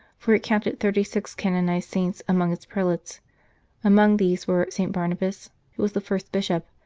for it counted thirty-six canonized saints among its prelates among these were st. barnabas, who was the first bishop,